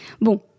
Bon